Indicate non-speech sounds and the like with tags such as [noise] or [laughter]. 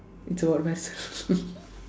it's about Mersal [laughs]